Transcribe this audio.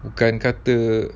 bukan kata